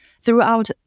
Throughout